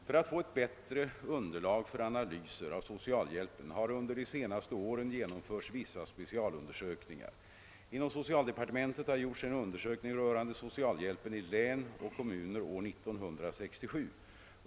För att få ett bättre underlag för analyser av socialhjälpen har under de 'senaste åren genomförts vissa specialundersökningar. Inom socialdepartementet har gjorts en undersökning rörande socialhjälpen i län och kommuner år 1967.